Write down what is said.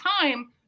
time